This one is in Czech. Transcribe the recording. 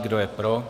Kdo je pro?